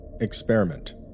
Experiment